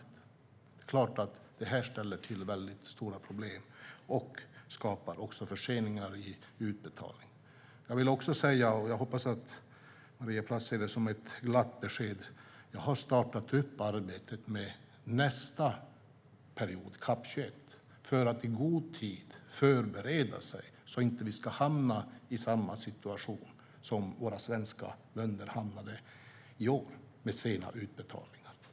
Det är klart att det ställer till väldigt stora problem och skapar försening av utbetalningar. Jag vill också säga, och jag hoppas att Maria Plass ser det som ett glatt besked, att jag har startat upp arbetet med nästa period, CAP21, för att i god tid förbereda så att vi inte ska hamna i samma situation som våra svenska vänner hamnade i i år med sena utbetalningar.